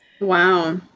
Wow